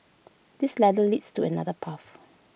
this ladder leads to another path